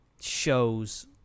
shows